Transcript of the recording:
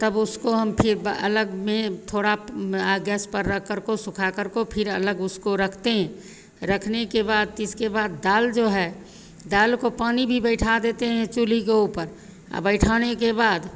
तब उसको हम फिर अलग में थोड़ा गैस पर रखकर को सुखाकर को फिर अलग उसको रखते हैं रखने के बाद तो इसके बाद दाल जो है दाल को पानी भी बैठा देते हैं चूल्हे के ऊपर बैठाने के बाद